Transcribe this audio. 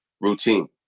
routine